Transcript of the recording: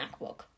MacBook